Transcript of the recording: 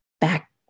back